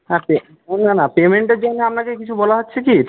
হ্যাঁ না না পেমেন্টের জন্যে আপনাকে কিছু বলা হচ্ছে কি